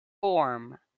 form